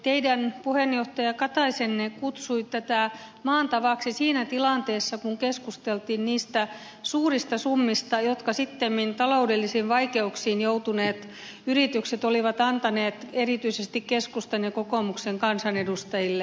teidän puheenjohtajanne katainen kutsui tätä maan tavaksi siinä tilanteessa kun keskusteltiin niistä suurista summista jotka sittemmin taloudellisiin vaikeuksiin joutuneet yritykset olivat antaneet erityisesti keskustan ja kokoomuksen kansanedustajille